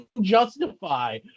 justify